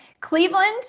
Cleveland